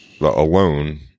alone